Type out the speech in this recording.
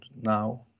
now